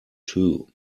too